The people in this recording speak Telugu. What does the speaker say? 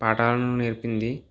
పాఠాలను నేర్పింది